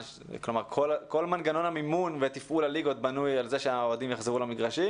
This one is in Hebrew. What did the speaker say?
כל מנגנון המימון ותפעול הליגות בנוי על זה שהאוהדים יחזרו למגרשים.